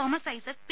Thomas Isaac P